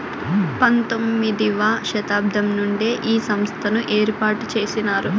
పంతొమ్మిది వ శతాబ్దం నుండే ఈ సంస్థను ఏర్పాటు చేసినారు